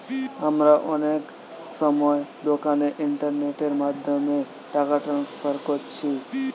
আমরা অনেক সময় দোকানে ইন্টারনেটের মাধ্যমে টাকা ট্রান্সফার কোরছি